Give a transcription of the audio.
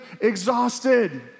exhausted